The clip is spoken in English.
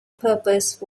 purpose